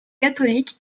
catholique